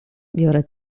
biorę